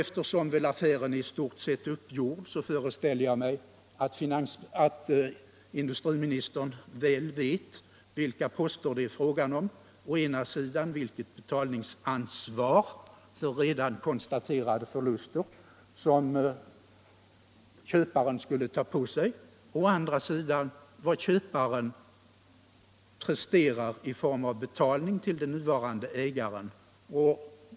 Eftersom affären väl i stort sett är uppgjord föreställer jag mig att industriministern vet vilka poster det är fråga om — å ena sidan vilket betalningsansvar för redan konstaterade förluster som köparen skulle ta på sig, å andra sidan vad köparen presterar i form av betalning till den nuvarande ägaren.